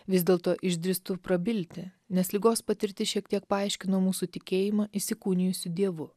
vis dėlto išdrįstu prabilti nes ligos patirtis šiek tiek paaiškino mūsų tikėjimą įsikūnijusiu dievu